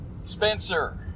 Spencer